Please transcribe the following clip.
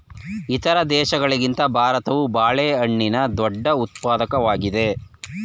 ಇತರ ದೇಶಗಳಿಗಿಂತ ಭಾರತವು ಬಾಳೆಹಣ್ಣಿನ ಅತಿದೊಡ್ಡ ಉತ್ಪಾದಕವಾಗಿದೆ